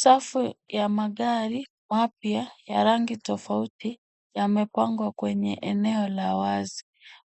Safu ya magari mapya ya rangi tofauti yamepangwa kwenye eneo la wazi.